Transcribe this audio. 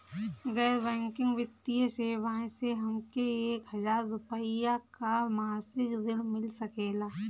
गैर बैंकिंग वित्तीय सेवाएं से हमके एक हज़ार रुपया क मासिक ऋण मिल सकेला?